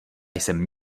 jsem